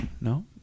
no